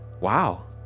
Wow